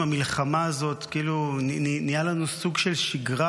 המלחמה הזאת כאילו נהיה לנו סוג של שגרה,